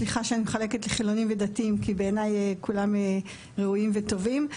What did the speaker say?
סליחה שאני מחלקת לחילונים ודתיים כי בעיניי כולם ראויים טובים.